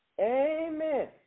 Amen